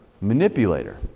manipulator